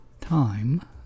time